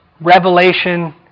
Revelation